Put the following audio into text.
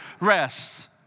rests